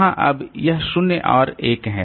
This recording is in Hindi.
वहां अब यह 0 और 1 हैं